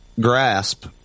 grasp